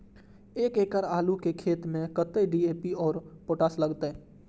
एक एकड़ आलू के खेत में कतेक डी.ए.पी और पोटाश लागते?